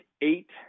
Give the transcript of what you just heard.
eight